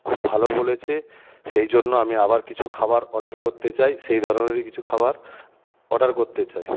খুব ভালো বলেছে সেই জন্য আমি আবার কিছু খাবার অর্ডার করতে চাই সেই ধরণেরই কিছু খাবার অর্ডার করতে চাই